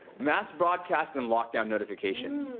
mass broadcast and lockdown notifications.